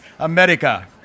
America